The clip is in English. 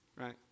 right